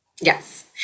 Yes